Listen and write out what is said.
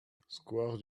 square